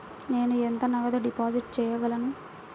నేను ఎంత నగదు డిపాజిట్ చేయగలను?